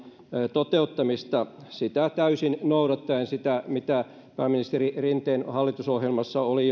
toteuttamista sitä täysin noudattaen mitä pääministeri rinteen hallitusohjelmassa oli